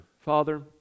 Father